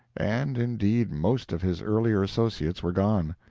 and, indeed, most of his earlier associates were gone.